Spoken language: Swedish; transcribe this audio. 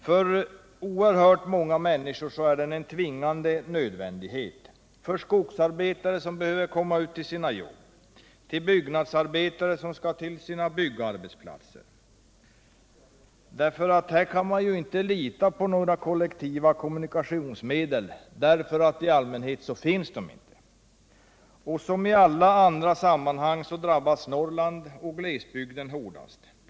För oerhört många människor är den tvärtom en tvingande nödvändighet, såsom för skogsarbetare som behöver komma ut till sina jobb och för byggnadsarbetare som skall till sina arbetsplatser. De kan inte lita på några kollektiva kommunikationsmedel, eftersom det i allmänhet inte finns några sådana. Som i alla andra sammanhang drabbas Norrland och-glesbygderna hårdast.